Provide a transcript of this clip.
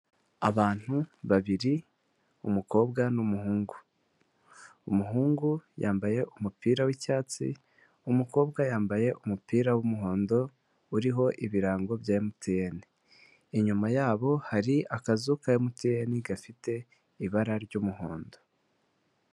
Abantu babiri: umukobwa n'umuhungu. Umuhungu yambaye umupira w'icyatsi, umukobwa yambaye umupira w'umuhondo, uriho ibirango bya MTN. Inyuma yabo hari akazu ka MTN gafite ibara ry'umuhondo.